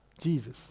Jesus